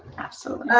absolutely.